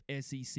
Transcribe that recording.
SEC